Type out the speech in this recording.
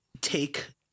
take